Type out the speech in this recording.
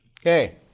Okay